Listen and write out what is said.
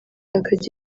bakagira